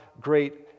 great